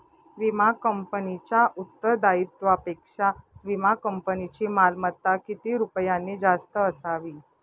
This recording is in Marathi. विमा कंपनीच्या उत्तरदायित्वापेक्षा विमा कंपनीची मालमत्ता किती रुपयांनी जास्त असावी?